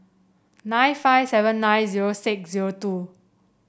nine five seven nine zero six zero two